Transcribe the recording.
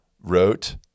wrote